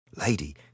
lady